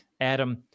Adam